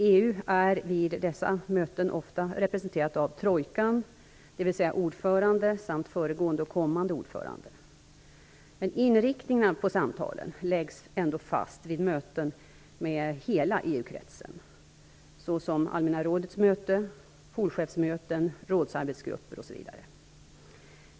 EU är vid dessa möten ofta representerat av trojkan, dvs. ordförande samt föregående och kommande ordförande. Inriktningen på samtalen läggs ändå fast vid möten med hela EU-kretsen såsom det allmänna rådets möten, polchefsmöten, rådsarbetsgruppsmöten osv.